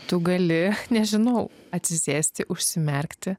tu gali nežinau atsisėsti užsimerkti